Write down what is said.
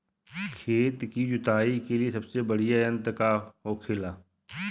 खेत की जुताई के लिए सबसे बढ़ियां यंत्र का होखेला?